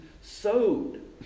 sowed